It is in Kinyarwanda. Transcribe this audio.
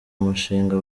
umushinga